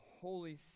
holy